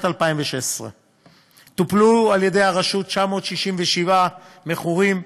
2016 טופלו על-ידי השירות 967 מכורים: